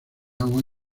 agua